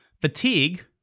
fatigue